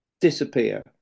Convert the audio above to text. disappear